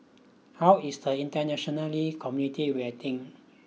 how is the internationally community reacting